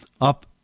up